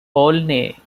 olney